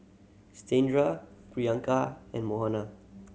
Satyendra Priyanka and Manohar